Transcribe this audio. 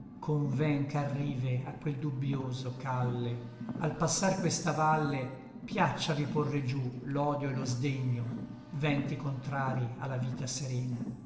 sola conven ch'arrive a quel dubbioso calle al passar questa valle piacciavi porre giú l'odio et lo sdegno vènti contrari a la vita serena